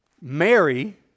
Mary